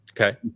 Okay